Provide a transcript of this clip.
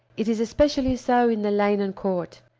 it is especially so in the lane and court.